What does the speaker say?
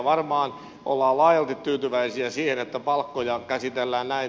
varmaan ollaan laajalti tyytyväisiä siihen että palkkoja käsitellään näin